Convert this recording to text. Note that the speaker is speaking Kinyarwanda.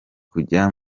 kujya